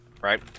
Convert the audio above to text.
Right